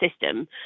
system